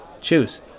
Choose